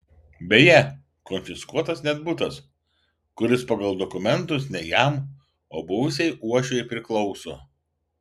beje konfiskuotas net butas kuris pagal dokumentus ne jam o buvusiai uošvei priklauso